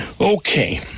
Okay